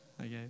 Okay